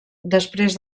després